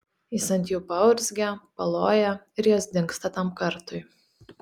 jis ant jų paurzgia paloja ir jos dingsta tam kartui